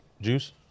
Juice